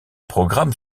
programmes